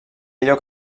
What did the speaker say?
lloc